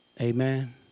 Amen